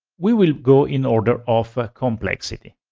we will go in order of ah complexity.